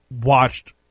watched